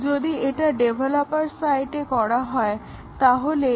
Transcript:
যদি এটা ডেভলপার সাইটে করা হয় তাহলে একে আলফা টেস্টিং বলা হয়